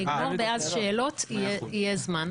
אני אגמור ואז שאלות, יהיה זמן.